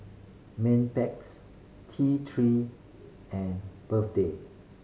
Mepilex T Three and